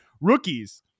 rookies